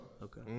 Okay